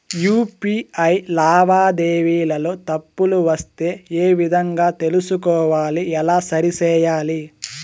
UPI లావాదేవీలలో తప్పులు వస్తే ఏ విధంగా తెలుసుకోవాలి? ఎలా సరిసేయాలి?